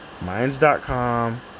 minds.com